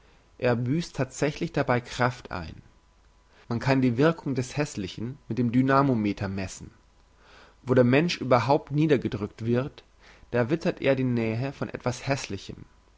er büsst thatsächlich dabei kraft ein man kann die wirkung des hässlichen mit dem dynamometer messen wo der mensch überhaupt niedergedrückt wird da wittert er die nähe von etwas hässlichem